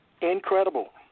Incredible